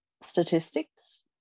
statistics